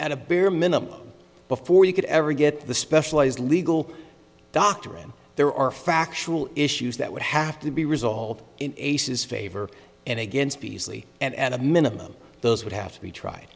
at a bare minimum before you could ever get the specialized legal doctrine there are factual issues that would have to be resolved in ace's favor and against beazley and at a minimum those would have to be tried